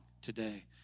today